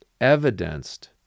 evidenced